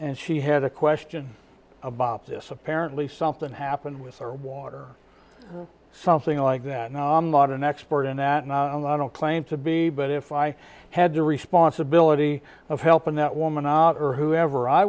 and she had a question about this apparently something happened with her water or something like that and i'm not an expert in that and i don't claim to be but if i had to responsibility of helping that woman out or whoever i